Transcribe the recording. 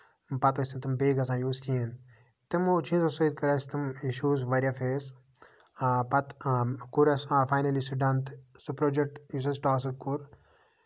پَتہٕ ٲسۍ نہٕ تِم بیٚیہِ گژھان یوٗز کِہیٖنۍ تِمَو چیٖزَو سۭتۍ کٔر اَسہِ تِم اِشوٗز واریاہ فیس پَتہٕ کوٚر اَسہِ فاینلی سُہ ڈَن تہٕ سُہ پروجیکٹ یُس اَسہِ ٹاسٔک کوٚر